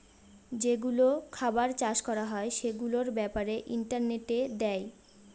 যেগুলো খাবার চাষ করা হয় সেগুলোর ব্যাপারে ইন্টারনেটে দেয়